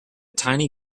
tiny